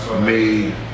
made